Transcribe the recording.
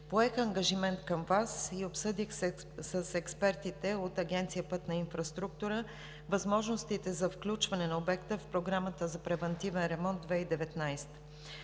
Поех ангажимент към Вас и обсъдих с експертите от Агенция „Пътна инфраструктура“ възможностите за включване на обекта в Програмата за превантивен ремонт 2019